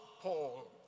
Paul